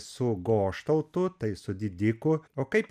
su goštautu tai su didiku o kaip